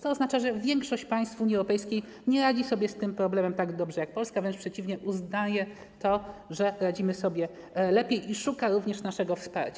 To oznacza, że większość państw Unii Europejskiej nie radzi sobie z tym problemem tak dobrze, jak Polska, wręcz przeciwnie, uznaje to, że radzimy sobie lepiej, i szuka naszego wsparcia.